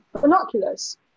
binoculars